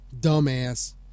Dumbass